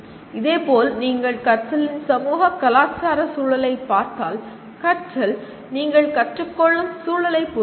இதேபோல் நீங்கள் "கற்றலின் சமூக கலாச்சார சூழலை" பார்த்தால் கற்றல் நீங்கள் கற்றுக் கொள்ளும் சூழலைப் பொறுத்தது